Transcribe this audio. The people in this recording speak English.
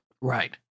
Right